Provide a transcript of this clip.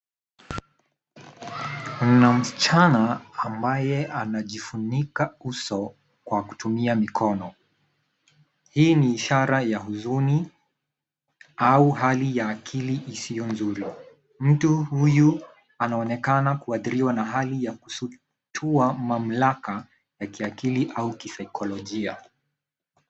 Kuna msichana ambaye anajifunika uso kwa kutumia mikono. Hii ni ishara ya huzuni au hali ya akili isiyo nzuri. Mtu huyu anaonekana kuathiriwa na hali ya kusutua mamlaka ya kiakili au kisaikolojia.